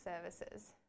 services